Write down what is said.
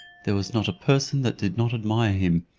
there was not a person that did not admire him,